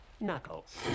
Knuckles